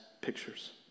pictures